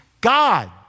God